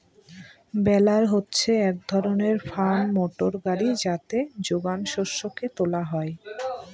বেলার হচ্ছে এক ধরনের ফার্ম মোটর গাড়ি যাতে যোগান শস্যকে তোলা হয়